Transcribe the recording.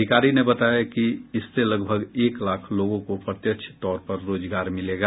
अधिकारी ने बताया कि इससे लगभग एक लाख लोगों को प्रत्यक्ष तौर पर रोजगार मिलेगा